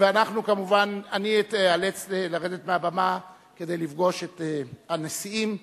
אני איאלץ לרדת מהבמה כדי לפגוש את הנשיאים,